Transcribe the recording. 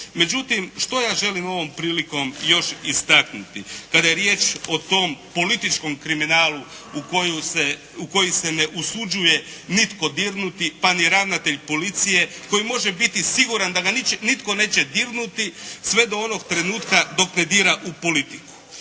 Međutim što ja želim ovom prilikom još istaknuti? Kada je riječ o tom političkom kriminalu u koji se ne usuđuje nitko dirnuti pa ni ravnatelj policije koji može biti siguran da ga nitko neće dirnuti sve do onog trenutka dok ne dira u politiku.